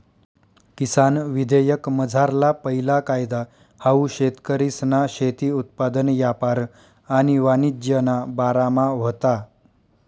किसान विधेयकमझारला पैला कायदा हाऊ शेतकरीसना शेती उत्पादन यापार आणि वाणिज्यना बारामा व्हता